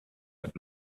but